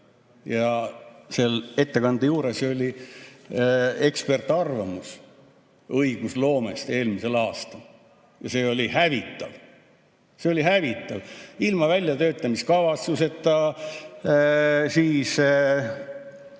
Seal ettekande juures oli ekspertarvamus õigusloomest eelmisel aastal ja see oli hävitav. See oli hävitav: ilma väljatöötamiskavatsuseta, ilma